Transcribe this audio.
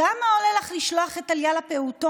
כמה עולה לך לשלוח את טליה לפעוטון?